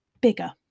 bigger